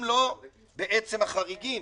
הם לא בעצם החריגים.